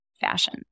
fashion